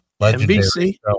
NBC